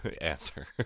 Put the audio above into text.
answer